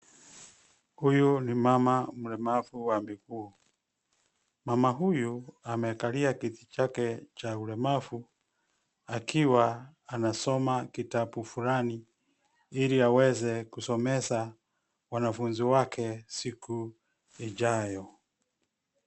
Huyu ni mama mlemavu wa miguu. Mama huyu amekalia kiti chake cha ulemavu, akiwa anasoma kitabu fulani ili aweze kusomesha wanafunzi wake siku ijayo.